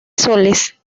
soles